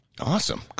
Awesome